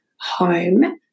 home